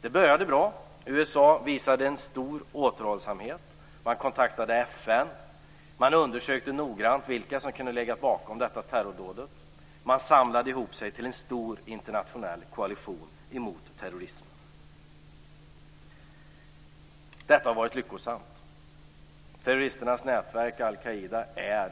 Det började bra. USA visade en stor återhållsamhet. Man kontaktade FN. Man undersökte noggrant vilka som kunde ligga bakom detta terrordåd. Man samlade ihop sig till en stor internationell koalition mot terrorismen. Detta har varit lyckosamt. Terroristernas nätverk al-Qaida är